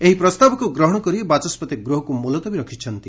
ଏହି ପ୍ରସ୍ତାବକୁ ଗ୍ରହଣ କରି ବାଚସ୍କତି ଗୃହକୁ ମୁଲତବୀ ରଖିଛନ୍ତି